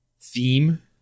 Theme